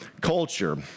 culture